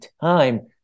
time